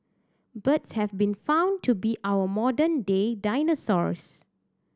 birds have been found to be our modern day dinosaurs